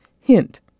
Hint